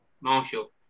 Marshall